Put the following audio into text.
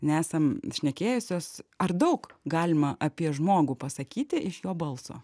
nesam šnekėjusios ar daug galima apie žmogų pasakyti iš jo balso